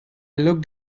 looked